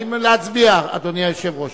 האם להצביע, אדוני היושב-ראש?